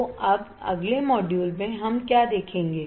तो अब अगले मॉड्यूल में हम क्या देखेंगे